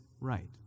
right